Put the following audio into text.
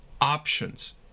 options